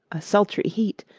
a sultry heat,